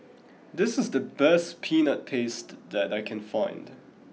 this is the best peanut paste that I can find